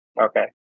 Okay